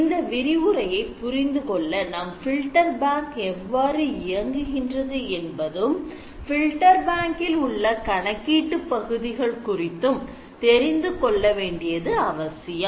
இந்த விரிவுரையை புரிந்து கொள்ள நாம் filter bank எவ்வாறு இயங்குகின்றது என்றும் filter bank இல் உள்ள கணக்கீட்டு பகுதிகள் குறித்தும் தெரிந்து கொள்ளவேண்டியது அவசியம்